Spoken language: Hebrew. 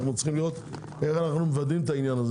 צריך לראות איך אנחנו מוודאים את זה.